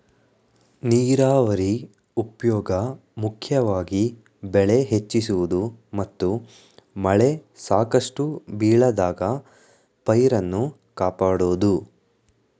ನೀರಾವರಿ ಉಪ್ಯೋಗ ಮುಖ್ಯವಾಗಿ ಬೆಳೆ ಹೆಚ್ಚಿಸುವುದು ಮತ್ತು ಮಳೆ ಸಾಕಷ್ಟು ಬೀಳದಾಗ ಪೈರನ್ನು ಕಾಪಾಡೋದು